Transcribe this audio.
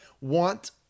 want